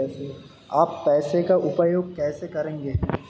आप पैसे का उपयोग कैसे करेंगे?